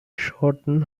shortened